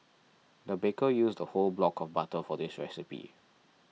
the baker used a whole block of butter for this recipe